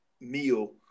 meal